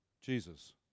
Jesus